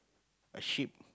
a ship